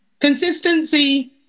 Consistency